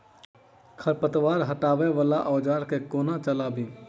खरपतवार हटावय वला औजार केँ कोना चलाबी?